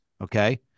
Okay